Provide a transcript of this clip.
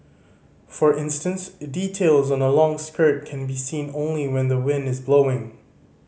for instance details on a long skirt can be seen only when the wind is blowing